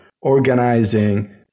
organizing